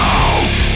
out